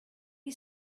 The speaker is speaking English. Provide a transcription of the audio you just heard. you